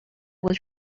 was